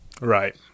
Right